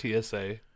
TSA